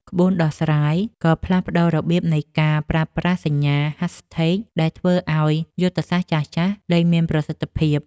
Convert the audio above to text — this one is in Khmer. ក្បួនដោះស្រាយក៏ផ្លាស់ប្តូររបៀបនៃការប្រើប្រាស់សញ្ញា Hashtags ដែលធ្វើឱ្យយុទ្ធសាស្ត្រចាស់ៗលែងមានប្រសិទ្ធភាព។